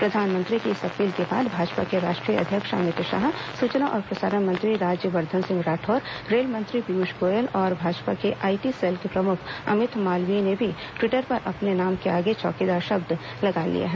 प्रधानमंत्री की इस अपील के बाद भाजपा के राष्ट्रीय अध्यक्ष अमित शाह सूचना और प्रसारण मंत्री राज्यवर्धन सिंह राठौर रेल मंत्री पीयूष गोयल और भाजपा की आईटी सेल के प्रमुख अमित मालवीय ने भी ट्विटर पर अपने नाम के आगे चौकीदार शब्द लगा लिया है